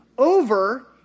Over